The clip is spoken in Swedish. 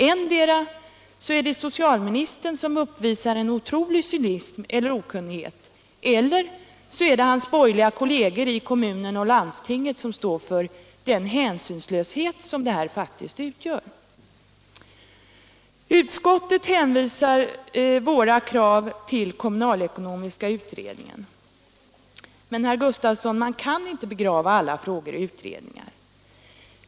Antingen är det socialministern som uppvisar en otrolig cynism eller okunnighet eller också är det hans borgerliga kolleger i kommunen och landstinget som står för den hänsynslöshet som det här faktiskt är fråga om. Utskottet hänvisar våra krav till kommunalekonomiska utredningen. Men, herr Gustavsson, man kan inte begrava alla frågor i utredningar.